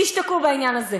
שישתקו בעניין הזה.